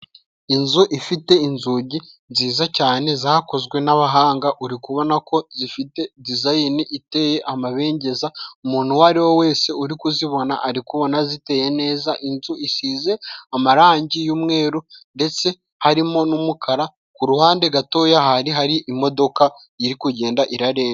Inzu ifite inzugi nziza cyane zakozwe n'abahanga. Uri kubona ko zifite dizayini iteye amabengeza. Umuntu uwo ari we wese uri kuzibona ari kubona ziteye neza. Inzu isize amarangi y'umweru ndetse harimo n'umukara, ku ruhande gatoya hari hari imodoka iri kugenda irarenga.